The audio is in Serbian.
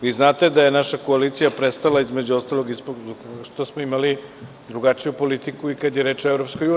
Vi znate da je naša koalicija prestala, između ostalog, i zbog toga što smo imali drugačiju politiku i kada je reč o EU.